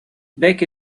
back